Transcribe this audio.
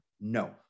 no